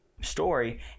story